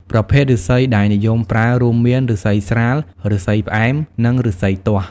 ប្រភេទឫស្សីដែលនិយមប្រើរួមមាន ឫស្សីស្រាល ឫស្សីផ្អែម និងឫស្សីទាស់។